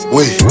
Wait